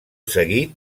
seguit